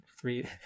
three